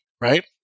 right